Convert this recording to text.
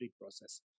process